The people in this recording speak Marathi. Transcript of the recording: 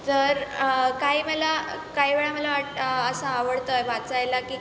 तर काही मला काही वेळा मला वाट असं आवडतं वाचायला की